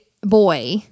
boy